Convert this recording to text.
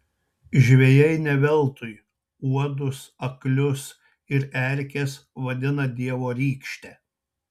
žvejai ne veltui uodus aklius ir erkes vadina dievo rykšte